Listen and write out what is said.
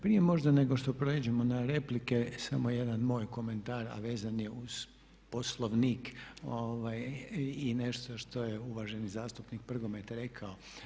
Prije možda nego što pređemo na replike samo jedan moj komentar a vezan je uz Poslovnik i nešto što je uvaženi zastupnik Prgomet rekao.